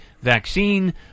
vaccine